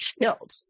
killed